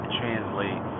translate